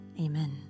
Amen